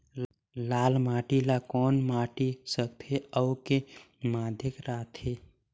लाल माटी ला कौन माटी सकथे अउ के माधेक राथे?